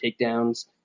takedowns